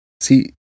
See